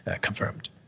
confirmed